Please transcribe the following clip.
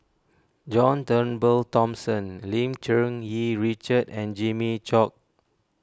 John Turnbull Thomson Lim Cherng Yih Richard and Jimmy Chok